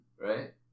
Right